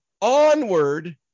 onward